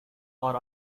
are